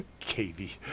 KV